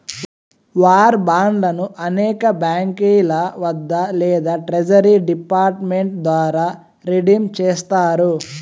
war బాండ్లను అనేక బాంకీల వద్ద లేదా ట్రెజరీ డిపార్ట్ మెంట్ ద్వారా రిడీమ్ చేస్తారు